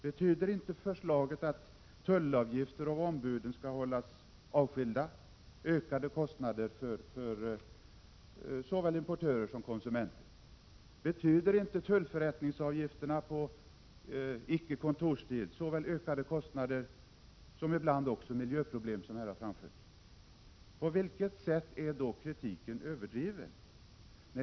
Betyder inte förslaget att tullavgifter av ombuden skall hållas avskilda ökade kostnader för såväl importörer som konsumenter? Betyder inte tullförrättningsavgifterna på icke kontorstid såväl ökade kostnader som ibland också miljöproblem, som här har anförts? På vilket sätt är då kritiken överdriven?